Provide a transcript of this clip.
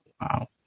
Wow